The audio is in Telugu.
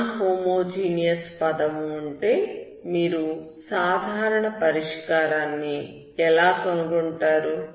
నాన్ హోమోజీనియస్ పదం ఉంటే మీరు సాధారణ పరిష్కారాన్ని ఎలా కనుగొంటారు